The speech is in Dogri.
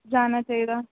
जाना चाहिदा